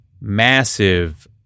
massive